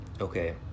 Okay